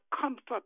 comfort